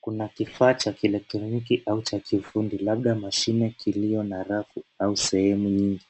Kuna kifaa cha kielekroniki au cha kiufundi labda mashine kiliyo na rafu au sehemu nyingi.